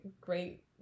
great